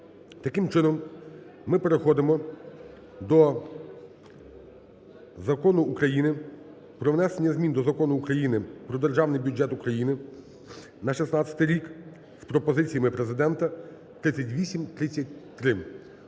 Таким чином, ми переходимо до Закону України "Про внесення змін до Закону України "Про Державний бюджет України на 2016 рік" з пропозиціями Президента (3830-3).